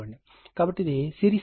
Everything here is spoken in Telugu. కాబట్టి ఇది సిరీస్ సర్క్యూట్ ఇది R 0